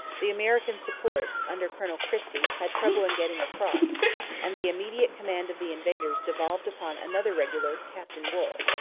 the american supports, under colonel christie, had trouble in getting across and the immediate command of the invaders devolved upon another regular, captain wool.